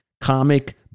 comic